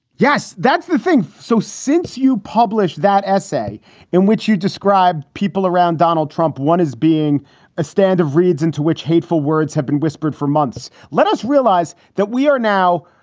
yes, that's the thing. so since you published that essay in which you describe people around donald trump, one is being a stand of reads into which hateful words have been whispered for months. let us realize that we are now.